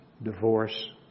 Divorce